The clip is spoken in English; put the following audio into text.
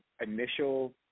initial